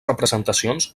representacions